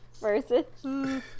versus